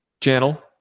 channel